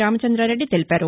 రామచందారెడ్డి తెలిపారు